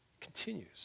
continues